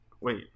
wait